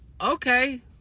okay